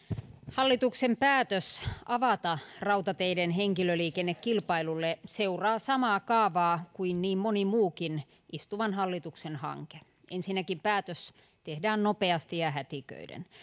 hallituksen päätös avata rautateiden henkilöliikenne kilpailulle seuraa samaa kaavaa kuin niin moni muukin istuvan hallituksen hanke ensinnäkin päätös tehdään nopeasti ja hätiköiden